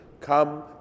come